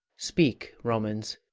speak, romans,